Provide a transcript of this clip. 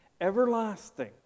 everlasting